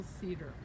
cedar